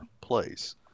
place